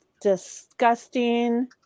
disgusting